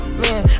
man